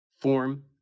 form